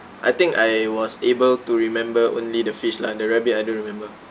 I think I was able to remember only the fish lah the rabbit I don't remember